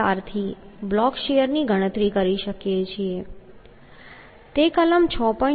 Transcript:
4 થી બ્લોક શીયરની ગણતરી કરી શકીએ છીએ તે કલમ 6